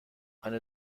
eine